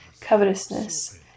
covetousness